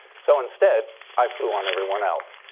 so instead, i flew on everyone else.